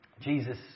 Jesus